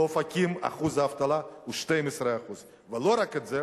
באופקים אחוז האבטלה הוא 12%. לא רק זה,